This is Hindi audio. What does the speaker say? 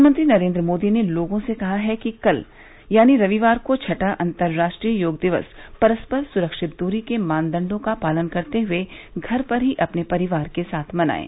प्रधानमंत्री नरेन्द्र मोदी ने लोगों से कहा है कि कल यानी रविवार को छठा अंतर्राष्ट्रीय योग दिवस पररस्पर सुरक्षित द्री के मानदंडों का पालन करते हुए घर पर अपने परिवार के साथ ही मनाएं